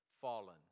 fallen